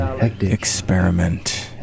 experiment